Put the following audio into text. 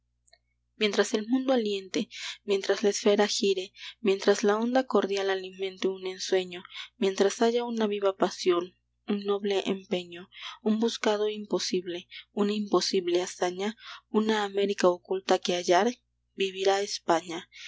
mientras el mundo aliente mientras la esfera gire mientras la onda cordial alimente un ensueño mientras haya una viva pasión un noble empeño un buscado imposible una imposible hazaña una américa oculta que hallar vivirá españa